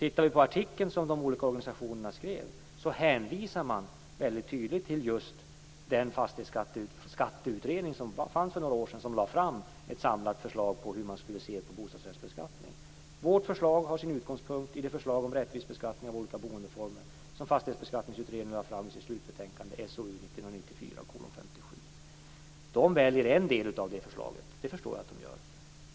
I den artikel som de olika organisationerna skrev hänvisar man väldigt tydligt till just den skatteutredning som fanns för några år sedan, vilken lade fram ett samlat förslag till bostadsrättsbeskattning. Vårt förslag har sin utgångspunkt i det förslag om rättvis beskattning av olika boendeformer som Fastighetsbeskattningsutredningen lade fram i sitt slutbetänkande SoU 1994:57. Organisationerna väljer en del av förslaget, och det förstår jag att de gör.